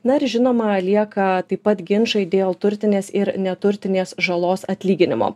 na ir žinoma lieka taip pat ginčai dėl turtinės ir neturtinės žalos atlyginimo